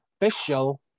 official